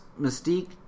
Mystique